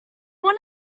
want